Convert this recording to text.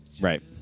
Right